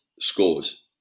scores